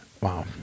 Wow